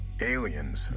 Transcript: Aliens